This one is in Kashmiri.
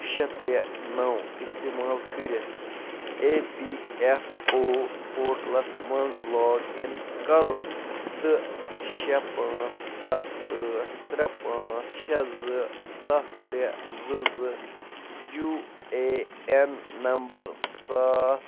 شےٚ ترےٚ نو استعمال کٔرِتھ E P F O portals مَنٛز لاگ اِن کرُن تہٕ شےٚ پانژھ ستھ ٲٹھ ترےٚ پانژھ شےٚ زٕ ستھ ترےٚ زٕ زٕ یو اے این نمبر ستھ